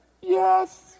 Yes